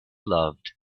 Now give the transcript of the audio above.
loved